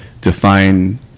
define